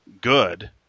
good